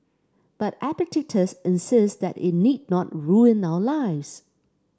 but Epictetus insists that it need not ruin our lives